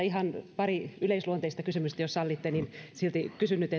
ihan pari yleisluonteista kysymystä kysynyt